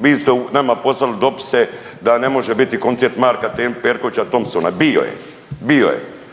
vi ste nama poslali dopise da ne može biti koncert Marka Perkovića Thompsona. Bio je, bio je.